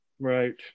right